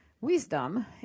Wisdom